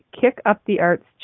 kick-up-the-arts